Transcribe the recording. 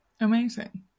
Amazing